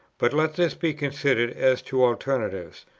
but let this be considered, as to alternatives.